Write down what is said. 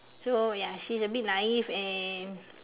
so ya she's a bit naive and